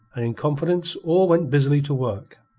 and in confidence all went busily to work.